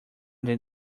than